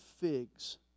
figs